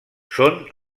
són